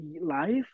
life